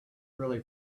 really